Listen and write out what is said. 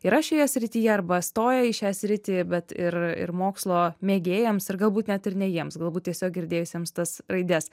yra šioje srityje arba stoja į šią sritį bet ir ir mokslo mėgėjams ir galbūt net ir ne jiems galbūt tiesiog girdėjusiems tas raides